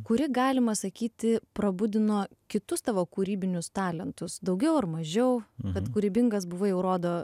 kuri galima sakyti prabudino kitus tavo kūrybinius talentus daugiau ar mažiau bet kūrybingas buvai jau rodo